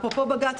אפרופו בג"ץ,